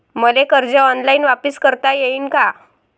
मले कर्ज ऑनलाईन वापिस करता येईन का?